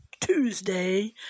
Tuesday